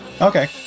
Okay